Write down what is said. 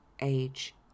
age